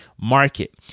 market